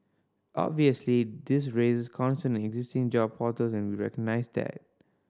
obviously this raises concern existing job portals and we recognise that